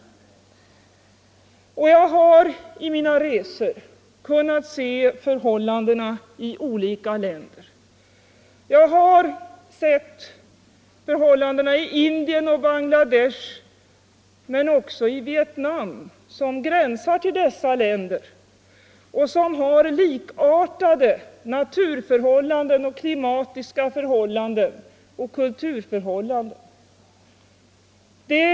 Torsdagen den Jag har också under mina resor sett förhållandena i olika länder, t.ex. 12 december 1974 i Indien och Bangladesh, men också i Vietnam som gränsar till dessa i länder och som har likartade förhållanden vad gäller natur, klimat och = Ytterligare insatser kultur.